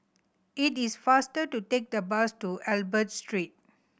it is faster to take the bus to Albert Street